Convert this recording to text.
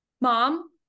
Mom